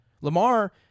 Lamar